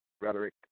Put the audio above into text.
Rhetoric